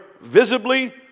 visibly